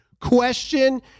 Question